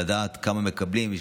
לדעת כמה מקבלים.